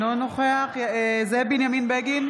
אינו נוכח זאב בנימין בגין,